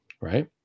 right